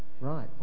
Right